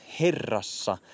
herrassa